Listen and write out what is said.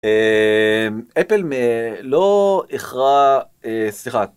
אפל לא אחרה סליחה.